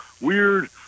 weird